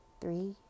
three